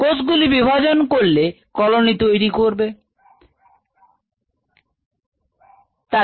কোষগুলি বিভাজন করলে colony তৈরী করবে যা দেখা যাবে